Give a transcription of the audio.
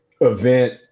event